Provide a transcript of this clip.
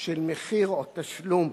של מחיר או תשלום